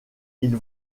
ils